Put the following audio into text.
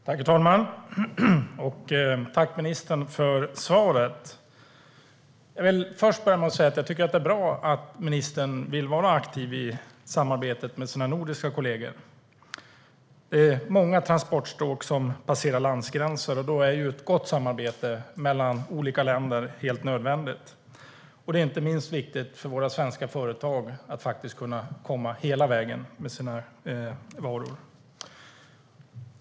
Herr talman! Jag tackar ministern för svaret. Det är bra att ministern vill vara aktiv i samarbetet med sina nordiska kollegor. Det är många transportstråk som passerar landgränser, och då är ett gott samarbete mellan olika länder helt nödvändigt. Det är inte minst viktigt för våra svenska företag att kunna komma hela vägen med sina varor.